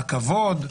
הכבוד,